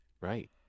right